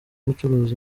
gucuruza